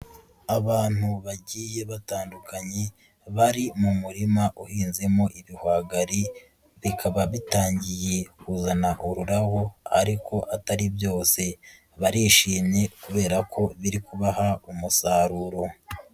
Abantu bagiye batandukanye bari mu murima uhinzemo ibihwagari, bikaba bitangiye kuzana ururabo ariko atari byose, barishimye kubera ko biri kubaha umusaruro.